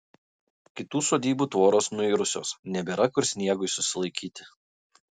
kitų sodybų tvoros nuirusios nebėra kur sniegui susilaikyti